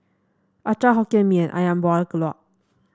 acar Hokkien Mee and ayam Buah Keluak